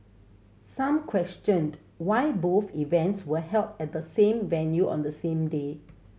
some questioned why both events were held at the same venue on the same day